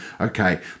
Okay